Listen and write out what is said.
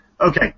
Okay